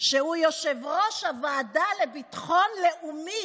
שהוא יושב-ראש הוועדה לביטחון לאומי